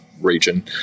region